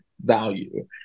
value